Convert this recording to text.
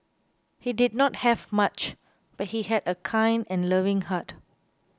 he did not have much but he had a kind and loving heart